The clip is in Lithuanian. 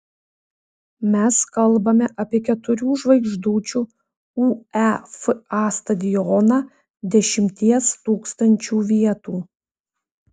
mes kalbame apie keturių žvaigždučių uefa stadioną dešimties tūkstančių vietų